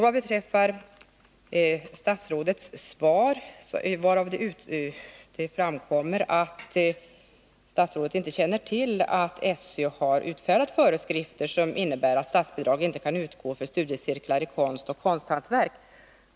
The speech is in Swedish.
Av statsrådets svar framgår att statsrådet inte känner till att SÖ har utfärdat föreskrifter som innebär att statsbidrag inte kan utgå för studiecirklar i konst och konsthantverk.